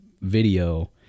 video